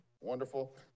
Wonderful